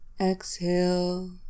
exhale